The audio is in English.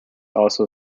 also